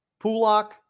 Pulak